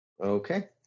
Okay